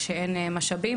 כשאין משאבים,